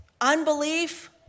unbelief